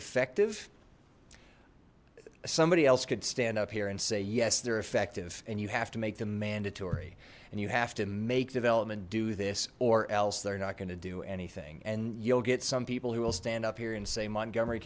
effective somebody else could stand up here and say yes they're effective and you have to make them amanda to and you have to make development do this or else they're not going to do anything and you'll get some people who will stand up here and say montgomery